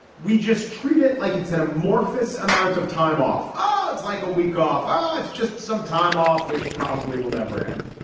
we just treat it like it's an amorphous amount of time off. oh, it's like a week off. ah it's just some time off, which probably will never end.